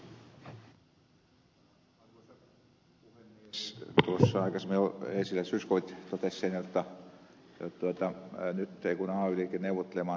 zyskowicz totesi sen jotta nyt ei kun ay liike neuvottelemaan neuvottelupöytään